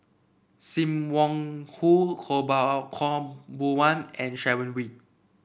Sim Wong Hoo Khaw Boon Wan and Sharon Wee